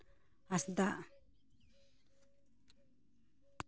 ᱦᱟᱸᱥᱫᱟᱜ